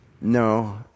No